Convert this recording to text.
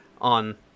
on